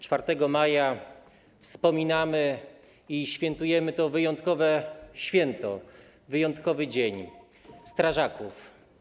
4 maja wspominamy i świętujemy to wyjątkowe święto, wyjątkowy dzień strażaków.